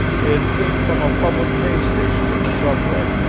it came from a public pay station in the subway.